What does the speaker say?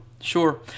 Sure